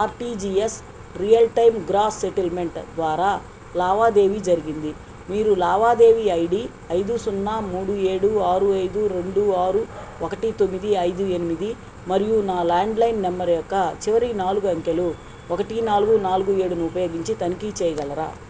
RTGS real time gross settlement ద్వారా లావాదేవీ జరిగింది మీరు లావాదేవీ ఐడి ఐదు సున్నా మూడు ఏడు ఆరు ఐదు రెండు ఆరు ఒకటి తొమ్మిది ఐదు ఎనిమిది మరియు నా ల్యాండ్లైన్ నెంబర్ యొక్క చివరి నాలుగు అంకెలు ఒకటి నాలుగు నాలుగు ఏడు ఉపయోగించి తనిఖీ చేయగలరా